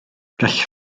gall